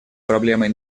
проблемой